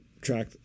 track